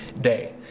day